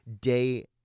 day